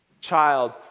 child